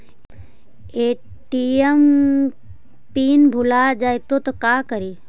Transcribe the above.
ATM PIN भुला जाए तो का करी?